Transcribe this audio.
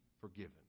forgiven